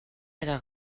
era